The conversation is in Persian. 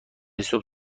صبح